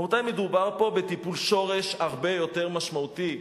רבותי, מדובר פה בטיפול שורש הרבה יותר משמעותי.